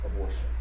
abortion